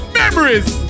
memories